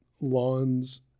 lawns